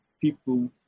people